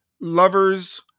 lovers